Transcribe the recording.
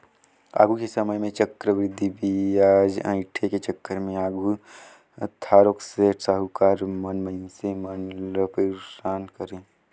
आघु के समे में चक्रबृद्धि बियाज अंइठे के चक्कर में आघु थारोक सेठ, साहुकार मन मइनसे मन ल पइरसान करें